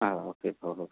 ओ के भोः